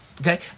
Okay